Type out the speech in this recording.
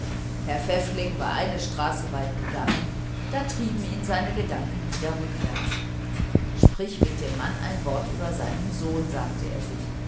herr pfäffling war eine straße weit gegangen da trieben ihn seine gedanken wieder rückwärts sprich mit dem mann ein wort über seinen sohn sagte er sich